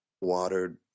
watered